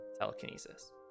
telekinesis